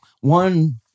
One